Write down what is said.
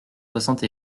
soixante